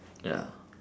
ya